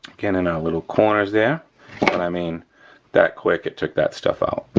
get in our little corners there. and i mean that quick it took that stuff out,